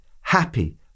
happy